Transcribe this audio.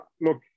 Look